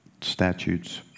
statutes